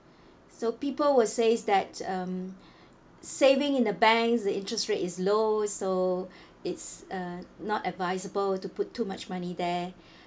so people will says that um saving in the banks the interest rate is low so it's uh not advisable to put too much money there